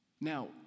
Now